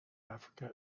africa